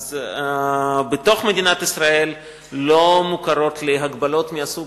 בתוך מדינת ישראל לא מוכרות לי הגבלות מהסוג